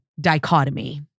dichotomy